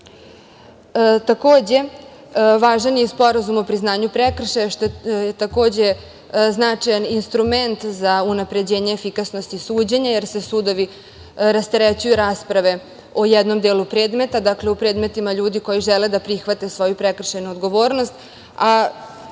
mali. Takođe, važan je sporazum o priznanju prekršaja, što je takođe značajan instrument za unapređenje efikasnosti suđenja, jer se sudovi rasterećuju rasprave o jednom delu predmeta, dakle, u predmetima ljudi koji žele da prihvate svoju prekršajnu odgovornosti,